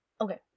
Okay